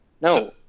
no